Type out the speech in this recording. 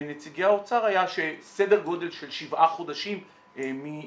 נציגי האוצר היה שסדר גודל של שבעה חודשים מדצמבר,